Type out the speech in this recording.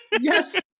Yes